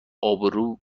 ابرو